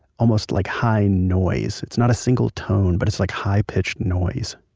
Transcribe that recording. almost like high noise. it's not a single tone, but it's like high pitched noise